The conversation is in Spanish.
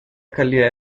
calidad